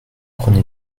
prenez